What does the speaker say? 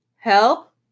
Help